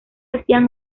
hacían